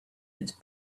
its